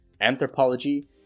anthropology